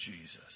Jesus